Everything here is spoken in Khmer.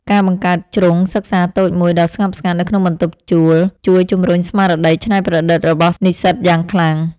ការបង្កើតជ្រុងសិក្សាតូចមួយដ៏ស្ងប់ស្ងាត់នៅក្នុងបន្ទប់ជួលជួយជម្រុញស្មារតីច្នៃប្រឌិតរបស់និស្សិតយ៉ាងខ្លាំង។